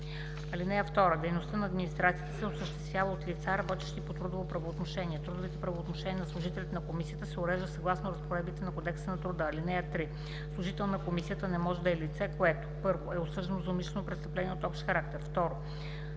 „(2) Дейността на администрацията се осъществява от лица, работещи по трудово правоотношение. Трудовите правоотношения на служителите на комисията се уреждат съгласно разпоредбите на Кодекса на труда. (3) Служител на комисията не може да е лице, което: 1. е осъждано за умишлено престъпление от общ характер;